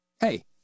Hey